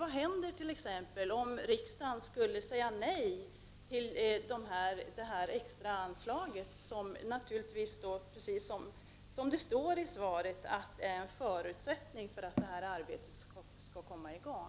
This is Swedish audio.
Vad händer om riksdagen t.ex. skulle säga nej till det extra anslaget som naturligtvis är, som det står i svaret, en förutsättning för att arbetet skall kunna komma i gång?